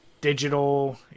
digital